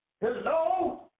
Hello